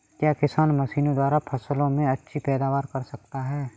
क्या किसान मशीनों द्वारा फसल में अच्छी पैदावार कर सकता है?